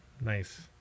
Nice